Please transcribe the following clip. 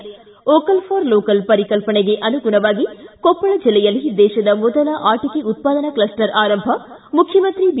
ಿ vocal for local ಪರಿಕಲ್ಪನೆಗೆ ಅನುಗುಣವಾಗಿ ಕೊಪ್ಪಳ ಜಿಲ್ಲೆಯಲ್ಲಿ ದೇತದ ಮೊದಲ ಆಟಕೆ ಉತ್ಪಾದನಾ ಕ್ಲಸ್ಟರ್ ಆರಂಭ ಮುಖ್ಯಮಂತ್ರಿ ಬಿ